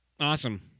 Awesome